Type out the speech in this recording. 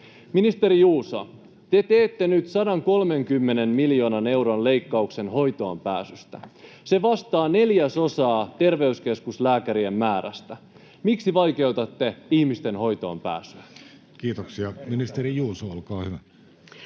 Ministeri Juuso, te teette nyt 130 miljoonan euron leikkauksen hoitoonpääsystä. Se vastaa neljäsosaa terveyskeskuslääkärien määrästä. Miksi vaikeutatte ihmisten hoitoonpääsyä? Kiitoksia. — Ministeri Juuso, olkaa hyvä.